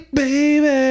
baby